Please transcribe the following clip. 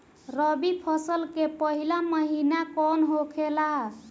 रबी फसल के पहिला महिना कौन होखे ला?